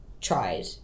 tried